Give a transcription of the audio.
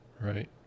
right